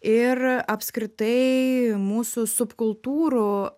ir apskritai mūsų subkultūrų